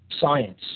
science